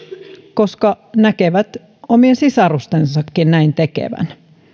koska näkevät omien sisarustensakin näin tekevän